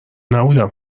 نبودم